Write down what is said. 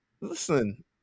Listen